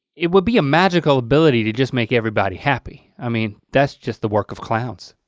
it would be a magical ability to just make everybody happy. i mean, that's just the work of clowns.